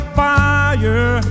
fire